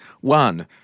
one –